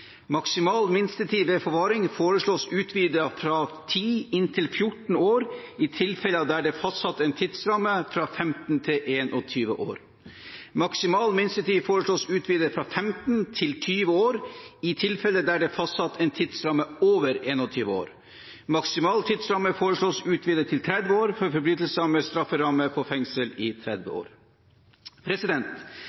Maksimal minstetid ved forvaring foreslås utvidet fra 10 til 14 år i tilfeller der det er fastsatt en tidsramme fra 15 til 21 år. Maksimal minstetid foreslås utvidet fra 15 til 20 år i tilfeller der det er fastsatt en tidsramme på over 21 år. Maksimal tidsramme foreslås utvidet til 30 år for forbrytelser med strafferamme på fengsel i 30